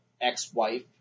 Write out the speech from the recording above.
ex-wife